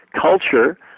culture